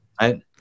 Right